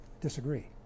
disagree